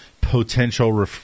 potential